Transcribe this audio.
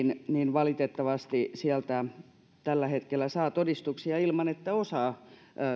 valitettavasti sieltä tällä hetkellä saa todistuksia ilman että osaa